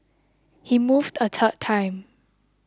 he moved a third time